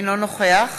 אינו נוכח